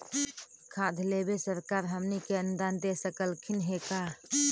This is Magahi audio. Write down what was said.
खाद लेबे सरकार हमनी के अनुदान दे सकखिन हे का?